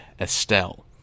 Estelle